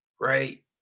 right